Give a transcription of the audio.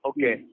Okay